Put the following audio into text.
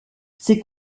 ces